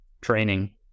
training